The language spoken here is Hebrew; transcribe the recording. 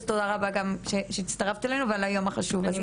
אז תודה רבה לך שהצטרפת אלינו ועל היום החשוב הזה.